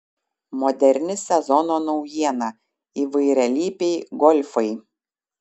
moderni sezono naujiena įvairialypiai golfai